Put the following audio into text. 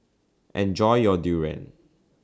Enjoy your Durian